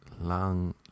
long